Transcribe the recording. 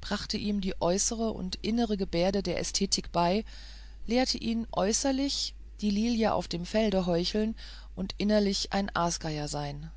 brachte ihm die äußere und innere gebärde der ästhetik bei lehrte ihn äußerlich die lilie auf dem felde heucheln und innerlich ein aasgeier sein